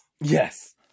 Yes